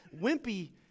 wimpy